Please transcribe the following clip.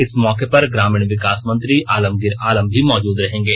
इस मौके पर ग्रामीण विकास मंत्री आलमगीर आलम भी मौजूद रहेंगे